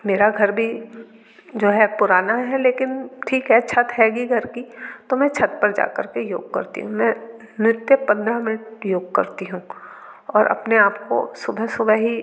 मेरा घर भी जो है पुराना है लेकिन ठीक है छत है की घर की तो मैं छत पर जाकर के योग करती हूँ मैं नित्य पन्द्रह मिनट योग करती हूँ और अपने आपको सुबह सुबह ही